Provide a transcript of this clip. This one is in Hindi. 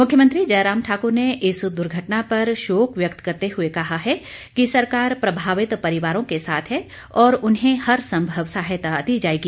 मुख्यमंत्री जयराम ठाकुर ने इस दुर्घटना पर शोक व्यक्त करते हुए कहा है कि सरकार प्रभावित परिवारों के साथ है और उन्हें हर संभव सहायता दी जाएगी